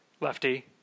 Lefty